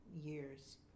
Years